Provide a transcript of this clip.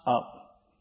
up